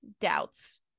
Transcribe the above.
doubts